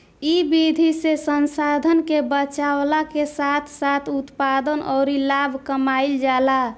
इ विधि से संसाधन के बचावला के साथ साथ उत्पादन अउरी लाभ कमाईल जाला